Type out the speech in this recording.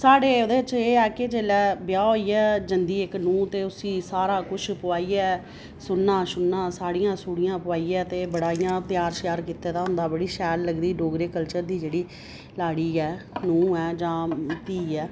साढ़े ओह्दे च एह् ऐ कि जेल्लै ब्याह् होई गेआ जंदी इक नूंह् ते उसी सारा कुछ पोआइयै सुन्ना शुन्ना साड़ियां सूड़ियां पोआइयै ते बड़ा इ'यां त्यार श्यार कीते दा होंदा बड़ी शैल लगदी डोगरी कल्चर दी जेह्ड़ी लाड़ी ऐ नूंह् ऐ जां धीऽ ऐ